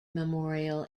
memorial